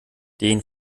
den